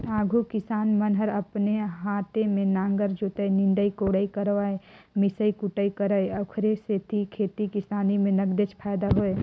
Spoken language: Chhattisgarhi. आघु किसान मन हर अपने हाते में नांगर जोतय, निंदई कोड़ई करयए मिसई कुटई करय ओखरे सेती खेती किसानी में नगदेच फायदा होय